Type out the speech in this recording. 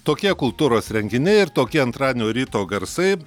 tokie kultūros renginiai ir tokie antradienio ryto garsai